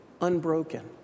unbroken